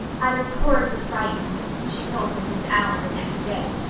i was horribly frightened, she told mrs. allan the next day,